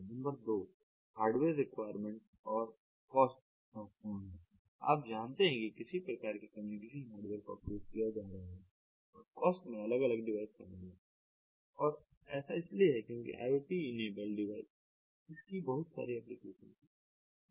number दो hardware requirements और cost महत्वपूर्ण हैं आप जानते हैं कि किस प्रकार के कम्युनिकेशन हार्डवेयर का उपयोग किया जा रहा है और कॉस्ट में अलग अलग डिवाइस शामिल हैं और ऐसा इसलिए है क्योंकि IoT इनेबल डिवाइस इस की बहुत सारी एप्लीकेशन हैं